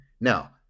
now